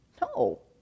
No